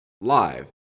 live